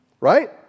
right